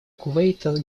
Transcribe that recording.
кувейта